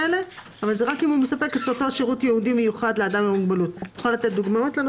היא מספקת לאדם עם מוגבלות, (4)